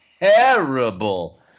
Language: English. terrible